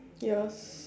ya